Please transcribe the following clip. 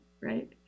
right